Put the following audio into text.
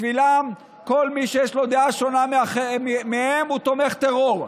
בשבילם, כל מי שיש לו דעה שונה מהם הוא תומך טרור.